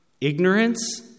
Ignorance